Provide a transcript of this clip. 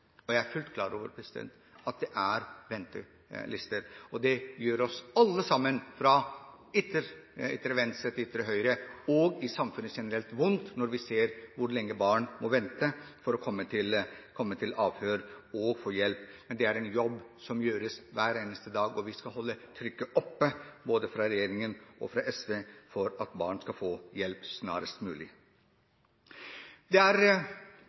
Jeg er fullt klar over at det er ventelister. Det gjør oss alle sammen, fra ytre venstre til ytre høyre og i samfunnet generelt, vondt når vi ser hvor lenge barn må vente for å komme til avhør og få hjelp. Men det er en jobb som gjøres hver eneste dag, og vi skal holde trykket oppe, både fra regjeringens og SVs side for at barn skal få hjelp snarest mulig. Det er